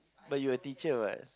but you are a teacher [what]